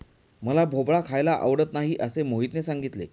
मला भोपळा खायला आवडत नाही असे मोहितने सांगितले